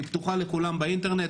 היא פתוחה לכולם באינטרנט,